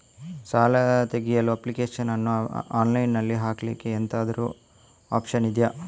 ಸಾಲ ತೆಗಿಯಲು ಅಪ್ಲಿಕೇಶನ್ ಅನ್ನು ಆನ್ಲೈನ್ ಅಲ್ಲಿ ಹಾಕ್ಲಿಕ್ಕೆ ಎಂತಾದ್ರೂ ಒಪ್ಶನ್ ಇದ್ಯಾ?